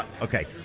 Okay